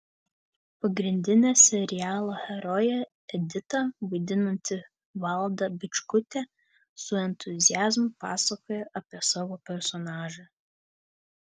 pagrindinę serialo heroję editą vaidinanti valda bičkutė su entuziazmu pasakoja apie savo personažą